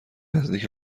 نزدیک